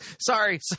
Sorry